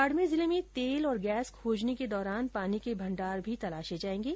बाड़मेर जिले में तेल और गैस खोजने के दौरान पानी के भण्डार भी तलाशे जाएंगे